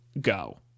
go